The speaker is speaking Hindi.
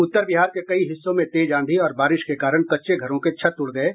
उत्तर बिहार के कई हिस्सों में तेज आंधी और बारिश के कारण कच्चे घरों के छत उड़ गये